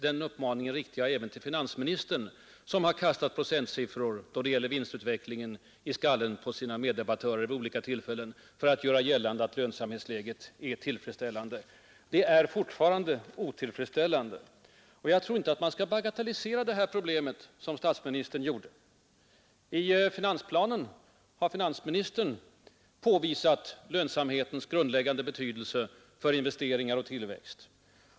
Den uppmaningen riktar jag även till finansministern, som vid olika tillfällen då det gällt vinstutvecklingen har kastat procentsiffror i huvudet på sina meddebattörer för att göra gällande att lönsamhetsläget är tillfredsställande, Det är fortfarande otillfredsställande! Man skall inte bagatellisera detta problem, som statsministern gjorde. I finansplanen har finansministern påvisat lönsamhetens grundläggande betydelse för investeringar och tillväxt.